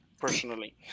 personally